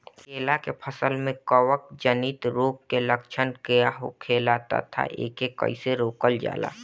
केला के फसल में कवक जनित रोग के लक्षण का होखेला तथा एके कइसे रोकल जाला?